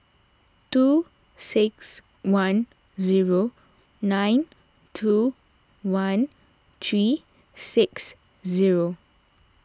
two six one zero nine two one three six zero